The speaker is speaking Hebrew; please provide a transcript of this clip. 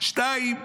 שלוש,